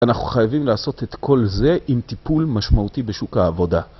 אנחנו חייבים לעשות את כל זה עם טיפול משמעותי בשוק העבודה.